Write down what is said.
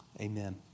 amen